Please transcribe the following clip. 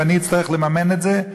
ואני אצטרך לממן את זה.